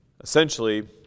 Essentially